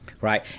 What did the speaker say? Right